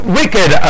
wicked